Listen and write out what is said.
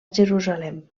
jerusalem